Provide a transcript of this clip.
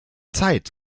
zeit